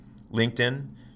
LinkedIn